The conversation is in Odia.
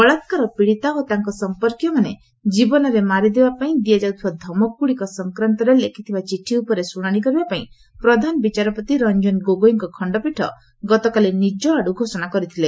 ବଳାତ୍କାର ପୀଡ଼ିତା ଓ ତାଙ୍କ ସମ୍ପର୍କୀୟମାନେ ଜୀବନରେ ମାରିଦେବାପାଇଁ ଦିଆଯାଉଥିବା ଧମକଗୁଡ଼ିକ ସଂକ୍ରାନ୍ତରେ ଲେଖିଥିବା ଚିଠି ଉପରେ ଶୁଣାଣି କରିବାପାଇଁ ପ୍ରଧାନ ବିଚାରପତି ରଞ୍ଜନ ଗୋଗୋଇଙ୍କ ଖଣ୍ଡପୀଠ ଗତକାଲି ନିକ୍ତ୍ର ଘୋଷଣା କରିଥିଲେ